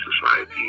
society